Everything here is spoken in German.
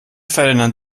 ferdinand